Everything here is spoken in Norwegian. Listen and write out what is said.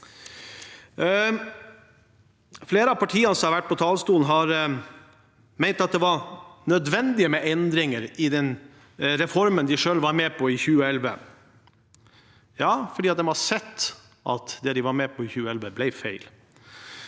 Flere av partiene som har vært på talerstolen, har ment at det var nødvendig med endringer i den reformen de selv var med på i 2011 fordi de har sett at det de var med på i 2011, ble feil.